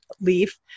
leaf